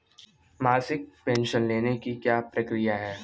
मासिक पेंशन लेने की क्या प्रक्रिया है?